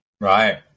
Right